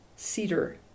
Cedar